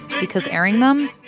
because airing them?